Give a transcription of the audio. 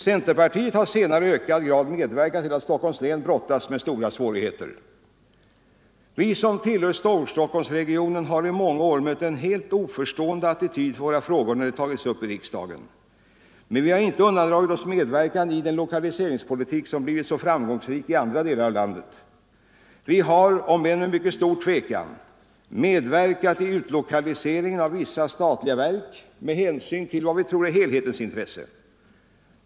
Centerpartiet har senare i ökad grad medverkat till att Stockholms län brottas med stora svårigheter. Vi som tillhör Storstockholmsregionen har i många år mött en helt oförstående attityd till våra frågor när de tagits upp i riksdagen. Men vi har inte undandragit oss medverkan i den lokaliseringspolitik som blivit så framgångsrik i andra delar av landet. Vi har — om än med mycket stor tvekan - medverkat i utlokaliseringen av vissa statliga verk med hänsyn till vad vi tror är helhetens intresse.